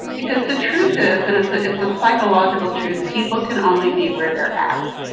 because the truth is that it's ah it's a psychological truth. people can only be where they're at.